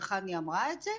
וחני אמרה את זה,